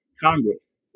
Congress